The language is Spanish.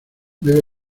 bebe